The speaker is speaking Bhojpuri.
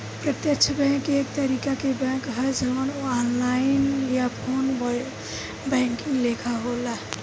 प्रत्यक्ष बैंक एक तरीका के बैंक ह जवन ऑनलाइन या फ़ोन बैंकिंग लेखा होला